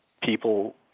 People